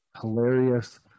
hilarious